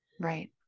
Right